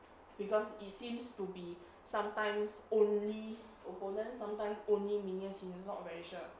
because it seems to be sometimes only opponents sometimes only minions he's not very sure